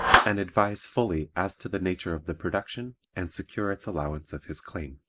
and advise fully as to the nature of the production and secure its allowance of his claim.